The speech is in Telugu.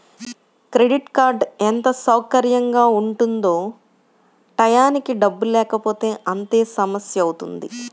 క్రెడిట్ కార్డ్ ఎంత సౌకర్యంగా ఉంటుందో టైయ్యానికి డబ్బుల్లేకపోతే అంతే సమస్యవుతుంది